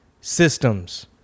systems